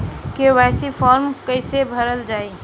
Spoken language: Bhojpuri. के.वाइ.सी फार्म कइसे भरल जाइ?